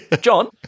John